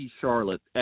Charlotte